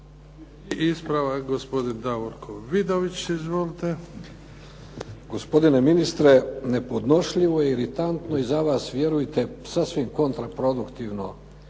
I ispravak gospodin Davorko Vidović. Izvolite. **Vidović, Davorko (SDP)** Gospodine ministre nepodnošljivo i iritantno za vas vjerujte sasvim kontraproduktivno